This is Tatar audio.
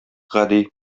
гади